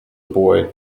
boy